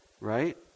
right